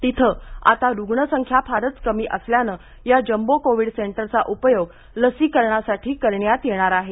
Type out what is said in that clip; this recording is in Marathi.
तिथे आता रुग्णसंख्या फारच कमी असल्यानं या जम्बो कोविड सेंटरचा उपयोग लसीकरणासाठी करण्यात येणार आहे